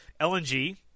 LNG